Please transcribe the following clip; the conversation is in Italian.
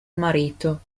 marito